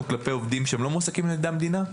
כלפי עובדים שלא מועסקים על ידי המדינה,